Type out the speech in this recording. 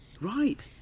Right